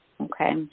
Okay